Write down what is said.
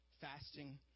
fasting